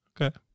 okay